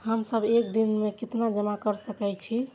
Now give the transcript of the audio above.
हम सब एक दिन में केतना जमा कर सके छी?